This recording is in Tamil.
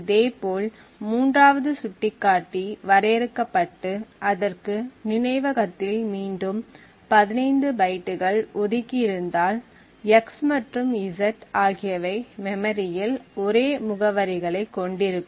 இதேபோல் மூன்றாவது சுட்டிக்காட்டி வரையறுக்கப்பட்டு அதற்கு நினைவகத்தில் மீண்டும் 15 பைட்டுகள் ஒதுக்கியிருந்தால் x மற்றும் z ஆகியவை மெமரியில் ஒரே முகவரிகளை கொண்டிருக்கும்